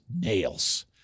nails